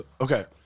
okay